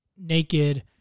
naked